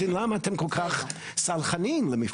למה אתם כל כך סלחניים למפעל כזה?